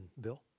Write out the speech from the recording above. Bill